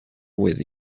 with